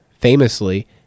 famously